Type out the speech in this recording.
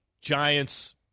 Giants